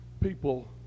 people